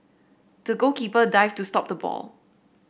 the goalkeeper dived to stop the ball